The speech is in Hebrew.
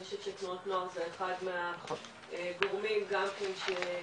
אני חושבת שתנועות נוער זה אחד הגורמים גם כן --- צריך